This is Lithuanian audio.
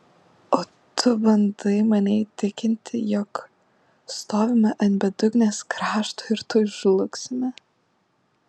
o tu bandai mane įtikinti jog stovime ant bedugnės krašto ir tuoj žlugsime